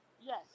Yes